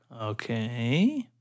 Okay